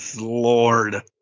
Lord